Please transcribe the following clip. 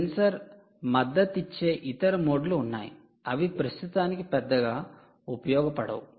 censor మద్దతిచ్చే ఇతర మోడ్లు ఉన్నాయి అవి ప్రస్తుతానికి పెద్దగా ఉపయోగపడవు